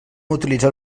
utilitzar